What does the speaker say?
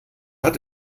hat